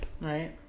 Right